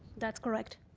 that's correct